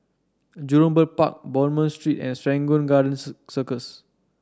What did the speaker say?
Jurong Bird Park Bonham Street and Serangoon Gardens Circus